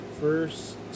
first